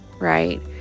right